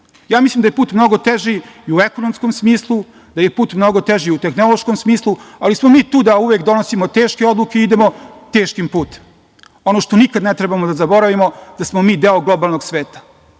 Ja mislim da je put mnogo teži i u ekonomskom smislu, da je put mnogo teži u tehnološkom smislu, ali smo mi tu da uvek donosimo teške odluke i idemo teškim putem. Ono što nikad ne treba da zaboravimo da smo mi deo globalnog sveta. Možemo